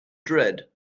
dredd